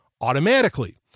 automatically